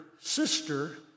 sister